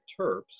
terps